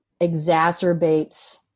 exacerbates